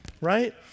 right